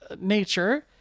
nature